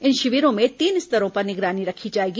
इन शिविरों में तीन स्तरों पर निगरानी रखी जाएगी